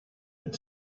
had